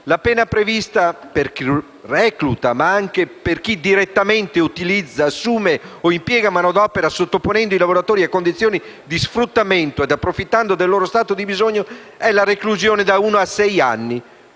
La pena prevista per chi recluta, ma anche per chi direttamente utilizza, assume o impiega manodopera, sottoponendo i lavoratori a condizioni di sfruttamento ed approfittando del loro stato di bisogno, è la reclusione da uno a sei anni